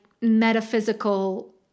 metaphysical